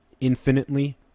infinitely